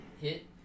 hit